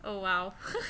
oh !wow!